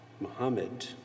Muhammad